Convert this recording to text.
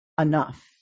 enough